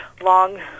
long